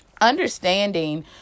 understanding